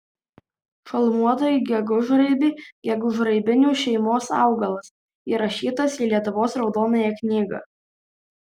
šalmuotoji gegužraibė gegužraibinių šeimos augalas įrašytas į lietuvos raudonąją knygą